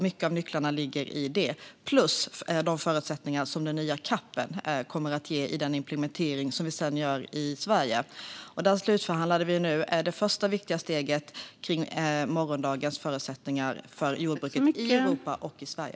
Mycket av nycklarna ligger i detta liksom de förutsättningar som den nya CAP kommer att ge i den implementering som vi sedan gör i Sverige. Där skedde nyss en slutförhandling om det första viktiga steget för morgondagens förutsättningar för jordbruket i Europa och Sverige.